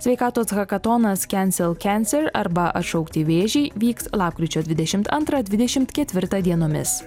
sveikatos hakatonas kencel kenser arba atšaukti vėžį vyks lapkričio dvidešimt antrą dvidešimt ketvirtą dienomis